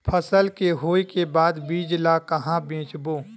फसल के होय के बाद बीज ला कहां बेचबो?